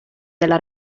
della